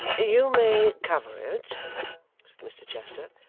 you may cover it said mr chester,